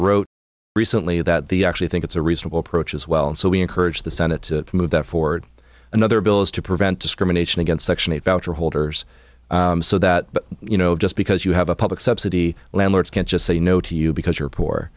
wrote recently that the actually think it's a reasonable approach as well and so we encourage the senate to move that forward another bill is to prevent discrimination against section eight voucher holders so that you know just because you have a public subsidy landlords can't just say no to you because you're poor